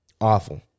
Awful